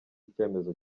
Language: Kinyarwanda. icyemezo